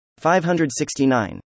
569